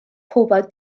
pobl